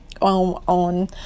on